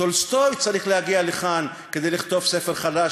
טולסטוי צריך להגיע לכאן כדי לכתוב ספר חדש,